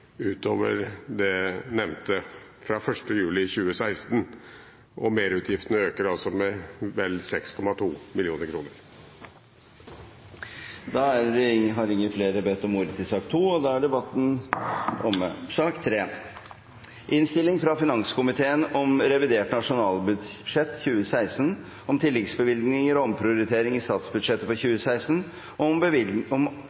utover det nevnte fra 1. juli 2016, og merutgiftene øker med vel 6,2 mill. kr. Da har ingen flere bedt om ordet til sak nr. 2. Etter ønske fra finanskomiteen